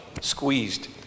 squeezed